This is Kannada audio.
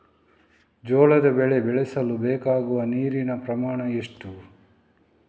ಜೋಳದ ಬೆಳೆ ಬೆಳೆಸಲು ಬೇಕಾಗುವ ನೀರಿನ ಪ್ರಮಾಣ ಎಷ್ಟು?